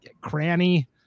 Cranny